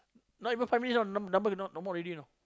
not even five minutes the number cannot no more already you know